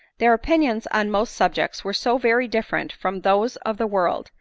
their opinions on most subjects were so very different from those of the world,